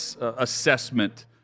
assessment